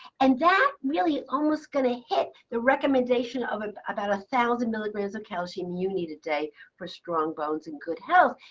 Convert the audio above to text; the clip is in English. and that's really almost going to hit the recommendation of of about one thousand milligrams of calcium you need a day for strong bones and good health.